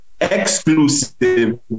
exclusive